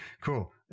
Cool